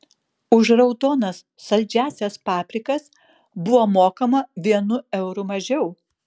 už raudonas saldžiąsias paprikas buvo mokama vienu euru mažiau